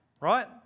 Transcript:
Right